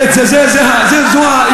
זאת הסתה אישית מה שאתה עושה עכשיו.